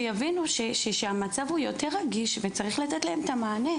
שיבינו שהמצב הוא יותר רגיש וצריך לתת להם את המענה.